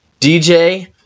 DJ